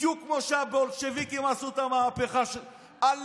בדיוק כמו שהבולשביקים עשו את המהפכה, עלק